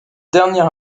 dernière